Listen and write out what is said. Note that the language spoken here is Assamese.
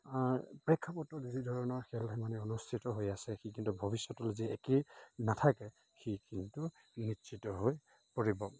প্ৰেক্ষাপটত যি ধৰণৰ খেল ধেমালি অনুষ্ঠিত হৈ আছে সি কিন্তু ভৱিষ্যতলৈ যে একেই নাথাকে সি কিন্তু নিশ্চিত হৈ পৰিব